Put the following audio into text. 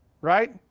right